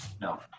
No